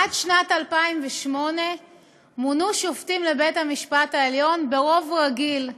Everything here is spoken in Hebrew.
עד שנת 2008 מונו שופטים לבית-המשפט העליון ברוב רגיל.